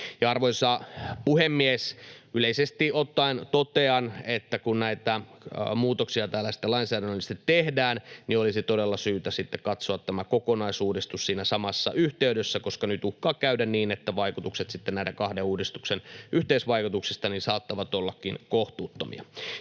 Arvoisa puhemies! Yleisesti ottaen totean, että kun näitä muutoksia täällä sitten lainsäädännöllisesti tehdään, niin olisi todella syytä katsoa tämä kokonaisuudistus siinä samassa yhteydessä, koska nyt uhkaa käydä niin, että vaikutukset näiden kahden uudistuksen yhteisvaikutuksesta saattavatkin olla kohtuuttomia.